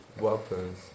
weapons